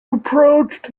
approached